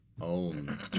own